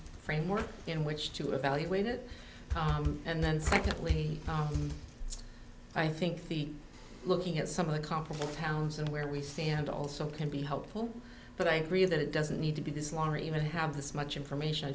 framework in which to evaluate it and then secondly i think the looking at some of the comparable towns and where we stand also can be helpful but i agree that it doesn't need to be this long even to have this much information i